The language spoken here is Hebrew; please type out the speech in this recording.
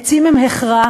עצים הם הכרח.